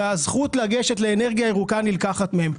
שהזכות לגשת לאנרגיה ירוקה נלקחת מהם?